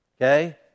Okay